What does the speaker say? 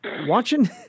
Watching